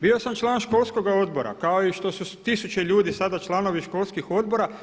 Bio sam član školskoga odbora kao i što su tisuće ljudi sada članovi školskih odbora.